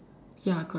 ya correct